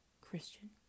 Christian